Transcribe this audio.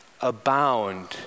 abound